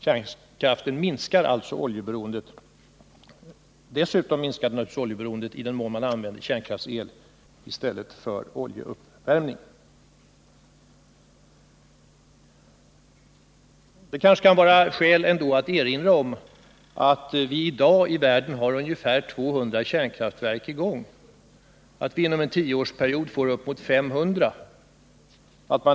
Kärnkraften minskar alltså oljeberoendet. Dessutom minskar naturligtvis oljeberoendet i den mån man använder kärnkraftsel i stället för oljeuppvärmning. Det kan vara skäl att erinra om att det i dag finns ungefär 200 kärnkraftverk i världen som är i drift. Om tio år kommer det att vara kanske uppemot 500.